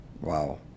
Wow